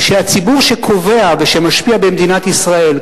שהציבור שקובע ושמשפיע במדינת ישראל,